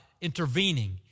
intervening